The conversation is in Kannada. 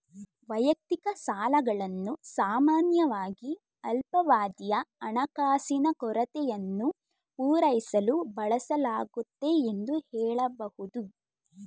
ವೈಯಕ್ತಿಕ ಸಾಲಗಳನ್ನು ಸಾಮಾನ್ಯವಾಗಿ ಅಲ್ಪಾವಧಿಯ ಹಣಕಾಸಿನ ಕೊರತೆಯನ್ನು ಪೂರೈಸಲು ಬಳಸಲಾಗುತ್ತೆ ಎಂದು ಹೇಳಬಹುದು